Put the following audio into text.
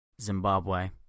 Zimbabwe